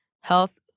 health